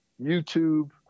youtube